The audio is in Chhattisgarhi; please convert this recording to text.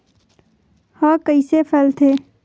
ह कइसे फैलथे?